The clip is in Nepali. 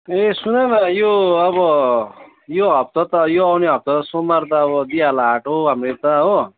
ए सुन न यो अब यो हप्ता त यो आउने हप्ता त सोमबार त अब दिइ हाल हाट हाम्रो यता हो